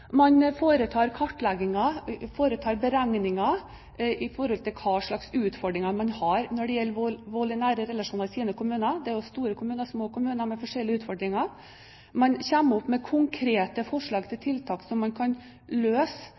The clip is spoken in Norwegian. Man foretar kartlegginger og beregninger av hva slags utfordringer man har når det gjelder vold i nære relasjoner i sine kommuner – det er jo store kommuner og små kommuner, med forskjellige utfordringer. Man kommer opp med konkrete forslag til tiltak for å løse